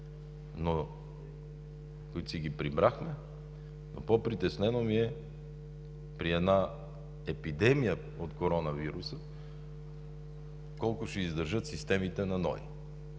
които си ги прибрахме, но по-притеснено ми е при една епидемия от коронавируса колко ще издържат системите на НОИ.